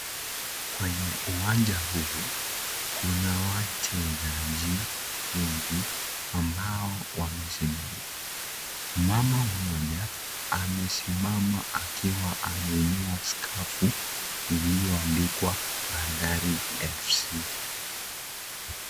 Kwenye uwanja huu kuna wachezaji wengi ambao wamesimama . Mama mmoja amesimama akiwa ameinua skafu iliyoandikwa Bandari FC.